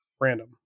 random